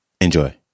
Enjoy